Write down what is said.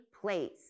place